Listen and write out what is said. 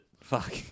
Fuck